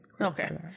Okay